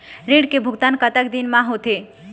ऋण के भुगतान कतक दिन म होथे?